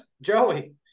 Joey